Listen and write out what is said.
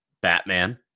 Batman